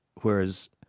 whereas